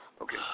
okay